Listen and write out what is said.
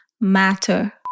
matter